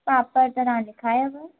पापड़ त तव्हां लिखायव